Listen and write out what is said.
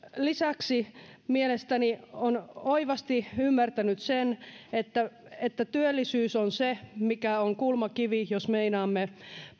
lisäksi mielestäni on oivasti ymmärtänyt sen että että työllisyys on se mikä on kulmakivi jos meinaamme